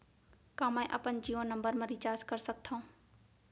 का मैं अपन जीयो नंबर म रिचार्ज कर सकथव?